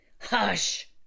Hush